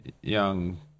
young